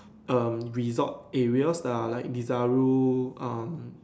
um resort areas lah like Desaru um